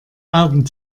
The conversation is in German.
augen